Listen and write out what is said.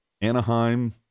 Anaheim